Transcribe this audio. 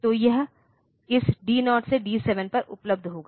तो यह इस डी 0 से डी 7 पर उपलब्ध होगा